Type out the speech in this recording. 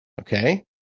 okay